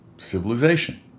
Civilization